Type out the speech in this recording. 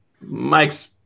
Mike's